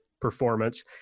performance